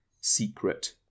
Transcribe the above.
secret